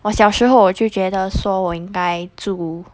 我小时候我就觉得说我应该住